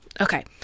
Okay